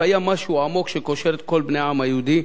קיים משהו עמוק שקושר את כל בני העם היהודי.